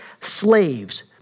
slaves